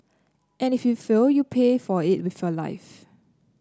and if you fail you pay for it with your life